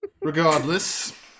Regardless